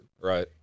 Right